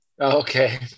Okay